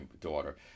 daughter